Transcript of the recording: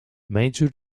major